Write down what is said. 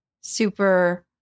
super